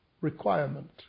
requirement